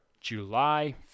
july